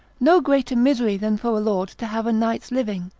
no greater misery than for a lord to have a knight's living,